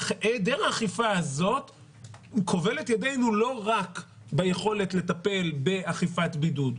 היעדר האכיפה הזה כובל את ידינו לא רק ביכולת לטפל באכיפת בידוד,